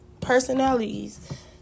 personalities